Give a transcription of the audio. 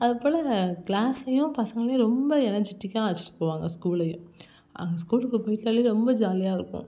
அதேபோல க்ளாஸையும் பசங்களையும் ரொம்ப எனர்ஜிடிக்காக அழைச்சிகிட்டு போவாங்க ஸ்கூலையும் அந்த ஸ்கூலுக்கு போயிவிட்டாலே ரொம்ப ஜாலியாக இருக்கும்